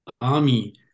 army